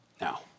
Now